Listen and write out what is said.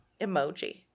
emoji